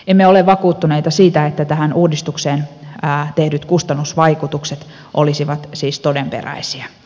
emme ole vakuuttuneita siitä että tähän uudistukseen tehdyt kustannusvaikutukset olisivat siis todenperäisiä